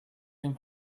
him